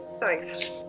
Thanks